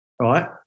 right